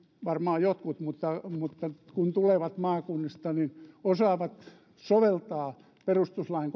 varmaan jotkut kun tulevat maakunnista osaavat soveltaa perustuslain